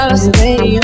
stay